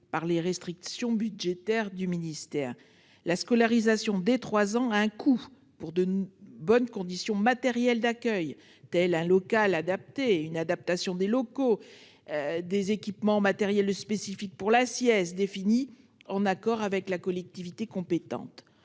des restrictions budgétaires de votre ministère. La scolarisation dès 3 ans a un coût pour assurer de bonnes conditions matérielles d'accueil, telles qu'un local adéquat ou une adaptation des locaux et un équipement en matériel spécifique pour la sieste, définies en accord avec la collectivité compétente.